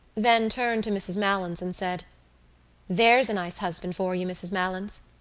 then turned to mrs. malins and said there's a nice husband for you, mrs. malins.